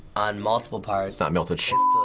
on multiple parts. it's not melted